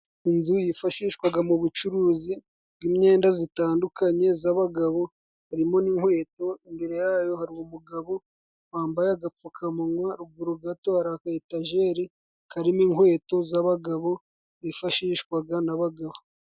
Inzu yifashishwaga mu bucuruzi bw'imyenda zitandukanye z'abagabo, harimo n'inkweto. Imbere yayo hari umugabo wambaye agapfukamunwa, ruguru gato hari akayetajeri karimo inkweto z'abagabo zifashishwaga n'abagabo.